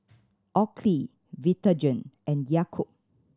Oakley Vitagen and Yakult